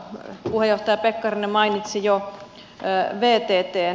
puheenjohtaja pekkarinen mainitsi jo vttn